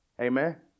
Amen